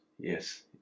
yes